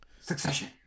succession